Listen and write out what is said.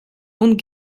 und